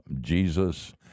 Jesus